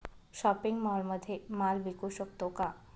Shopping मॉलमध्ये माल विकू शकतो का?